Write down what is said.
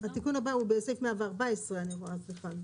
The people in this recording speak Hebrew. תיקון הבא הוא בסעיף 114 אני רואה,